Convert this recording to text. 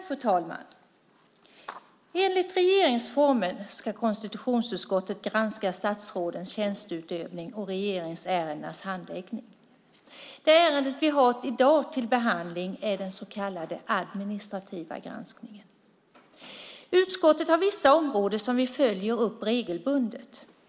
Fru talman! Enligt regeringsformen ska konstitutionsutskottet granska statsrådens tjänsteutövning och regeringsärendenas handläggning. Det ärende vi har i dag till behandling är den så kallade administrativa granskningen. Utskottet har vissa områden som vi följer upp regelbundet.